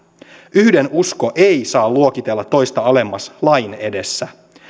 yhden usko ei saa luokitella toista alemmas lain edessä